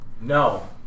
No